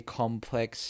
complex